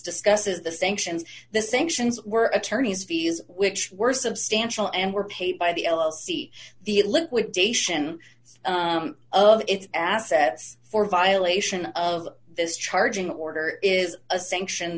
discusses the sanctions the sanctions were attorneys fees which were substantial and were paid by the l l c the liquidation of its assets for violation of this charging order is a sanction